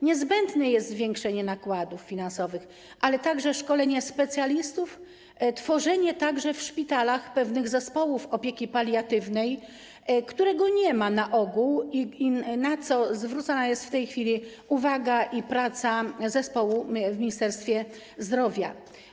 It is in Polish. Niezbędne jest zwiększenie nakładów finansowych, ale także szkolenie specjalistów, tworzenie także w szpitalach zespołów opieki paliatywnej, których na ogół nie ma, na co zwrócona jest w tej chwili uwaga i nad czym trwa praca zespołu w Ministerstwie Zdrowia.